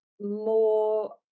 more